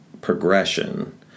progression